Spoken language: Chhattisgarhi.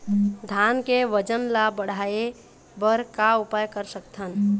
धान के वजन ला बढ़ाएं बर का उपाय कर सकथन?